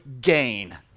gain